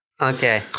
Okay